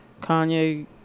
Kanye